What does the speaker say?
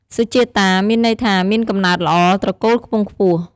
សុជាតា មានន័យថាមានកំណើតល្អ ត្រកូលខ្ពង់ខ្ពស់។